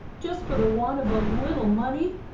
jest for the want of a little money?